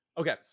Okay